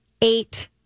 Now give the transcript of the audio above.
Eight